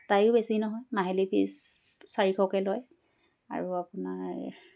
তাইও বেছি নহয় মাহিলী ফিজ চাৰিশকৈ লয় আৰু আপোনাৰ